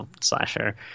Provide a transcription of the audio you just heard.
slasher